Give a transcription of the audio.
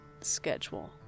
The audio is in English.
Schedule